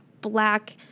black